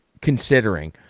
considering